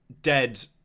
dead